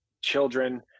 children